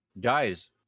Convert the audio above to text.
guys